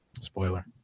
Spoiler